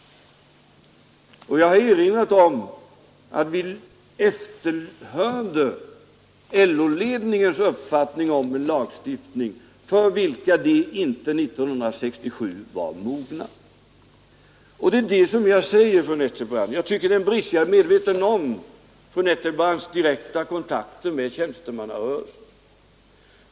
Jag har erinrat om att vi efterhörde LO-ledningens uppfattning om införande av en lagstiftning, för vilket LO 1967 inte var moget. Det är ju detta jag säger, fru Nettelbrandt. Jag tycker att det är en brist. Jag är medveten om fru Nettelbrandts direkta kontakter med tjänstemannarörelsen.